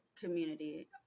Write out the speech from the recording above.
community